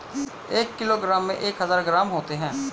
एक किलोग्राम में एक हजार ग्राम होते हैं